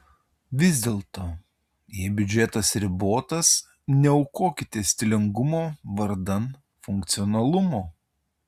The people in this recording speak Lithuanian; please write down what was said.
vis dėlto jei biudžetas ribotas neaukokite stilingumo vardan funkcionalumo